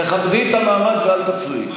תכבדי את המעמד ואל תפריעי.